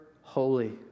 holy